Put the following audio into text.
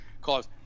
cause